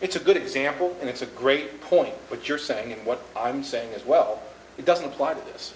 it's a good example and it's a great point what you're saying and what i'm saying is well it doesn't apply to this